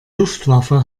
luftwaffe